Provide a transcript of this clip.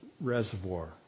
Reservoir